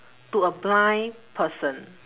to a blind person